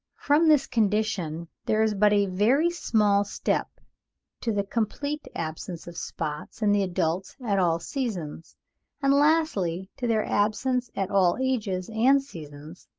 from this condition there is but a very small step to the complete absence of spots in the adults at all seasons and, lastly, to their absence at all ages and seasons,